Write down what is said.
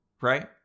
Right